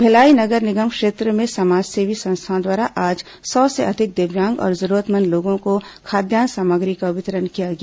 भिलाई नगर निगम क्षेत्र में समाजसेवी संस्थाओं द्वारा आज सौ से अधिक दिव्यांग और जरूरतमंद लोगों को खाद्यान्न सामग्री का वितरण किया गया